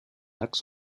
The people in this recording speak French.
lacs